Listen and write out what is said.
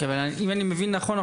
אם אני מבין נכון,